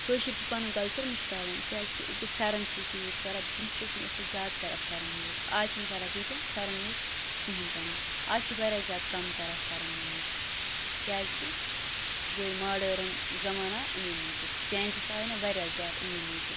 کٲشِرۍ چھِ پَنُن کَلچَر مٔشراوان کیٛازِکہِ أکہِ پھٮ۪رن چھِ أسۍ یوٗز کَران برٛونٛہہ چھِ ٲسمٕتۍ أسۍ زیادٕ کَران پھٮ۪رَن یوٗز اَز چھِنہٕ کَران تیٖتیٛاہ پھٮ۪رَن یوٗز کِہیٖنۍ تہِ نہٕ اَز چھِ واریاہ زیادٕ کَم کَران پھٮ۪رن یوٗز کیٛازِکہِ وۅنۍ ماڈٲرٕن زَمانہٕ آو اَمے موٗجوٗب چینجِس آیہِ نا واریاہ زیادٕ امے موٗجوٗب